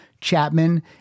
Chapman